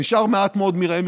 נשאר מעט מאוד מרעה.